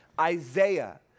Isaiah